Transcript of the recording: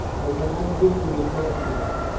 i can not give you the past again.